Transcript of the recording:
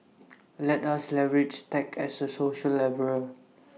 let us leverage tech as A social leveller